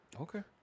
Okay